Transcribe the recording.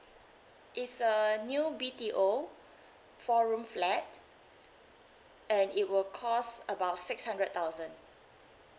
it's a new B_T_O four room flat and it will cost about six hundred thousand